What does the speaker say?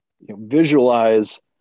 visualize